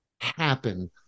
happen